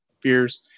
fears